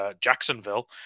Jacksonville